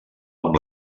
amb